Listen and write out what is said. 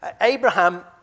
Abraham